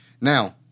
Now